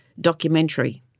documentary